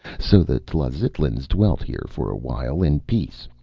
so the tlazitlans dwelt here, for a while in peace,